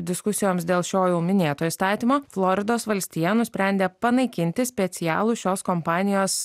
diskusijoms dėl šio jau minėto įstatymo floridos valstija nusprendė panaikinti specialų šios kompanijos